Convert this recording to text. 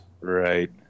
right